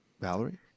Valerie